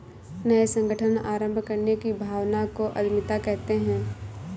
नये संगठन आरम्भ करने की भावना को उद्यमिता कहते है